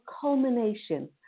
culmination